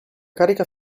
carica